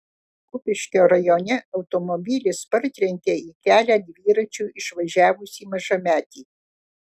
kupiškio rajone automobilis partrenkė į kelią dviračiu išvažiavusį mažametį